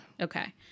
Okay